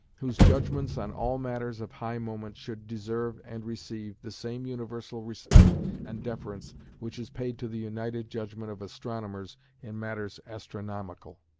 whose judgments on all matters of high moment should deserve, and receive, the same universal respect and deference which is paid to the united judgment of astronomers in matters astronomical.